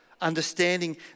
Understanding